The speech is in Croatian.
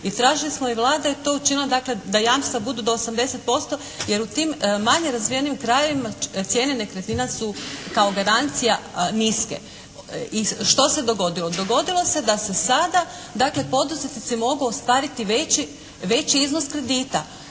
tražili smo i Vlada je to učinila, dakle da jamstva budu do 80% jer u tim manje razvijenim krajevima cijene nekretnina su kao garancija niske. Što se dogodilo? Dogodilo se da se sada dakle poduzetnici mogu ostvariti veći iznos kredita